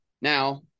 Now